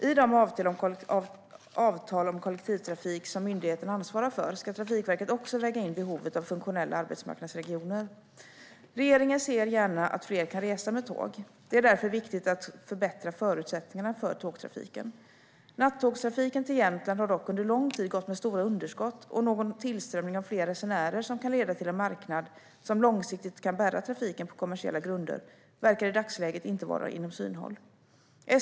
I de avtal om kollektivtrafik som myndigheten svarar för ska Trafikverket också väga in behovet av funktionella arbetsmarknadsregioner. Regeringen ser gärna att fler kan resa med tåg. Det är därför viktigt att förbättra förutsättningarna för tågtrafiken. Nattågstrafiken till Jämtland har dock under lång tid gått med stora underskott, och någon tillströmning av fler resenärer som kan leda till en marknad som långsiktigt kan bära trafiken på kommersiella grunder verkar i dagsläget inte vara inom synhåll.